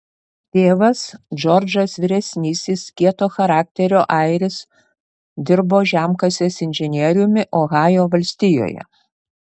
tėvas džordžas vyresnysis kieto charakterio airis dirbo žemkasės inžinieriumi ohajo valstijoje